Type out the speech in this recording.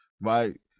right